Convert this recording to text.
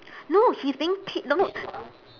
no he's being paid no